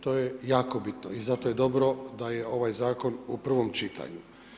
To je jako bitno i zato je dobro da je ovaj zakon u prvom čitanju.